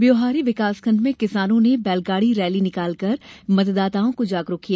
ब्योहारी विकासखण्ड में किसानो ने बैलगाड़ी रैली निकाल कर मतदाताओं को जागरुक किया